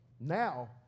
Now